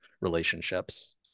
relationships